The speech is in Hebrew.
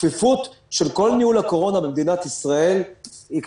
כפיפות של כל ניהול הקורונה במדינת ישראל היא כפיפות,